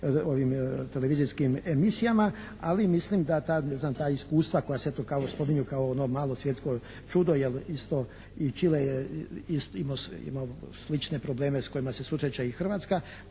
televizijskim emisijama ali mislim da ta iskustva koja se eto spominju kao ono malo svjetsko čudo jer isto i Čile je imao slične probleme s kojima se susreće i Hrvatska